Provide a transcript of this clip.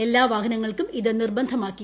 എല്ലാ വഹനങ്ങൾക്കും ഇത് നിർബന്ധമാക്കി